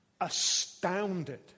astounded